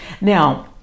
Now